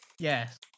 Yes